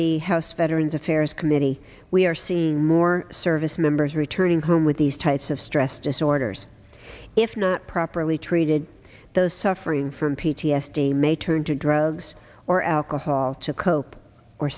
the house veterans affairs committee we are seeing more service members returning home with these types of stress disorders if not properly treated those suffering from p t s d may turn to drugs or alcohol to cope or